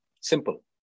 Simple